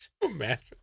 imagine